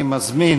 אני מזמין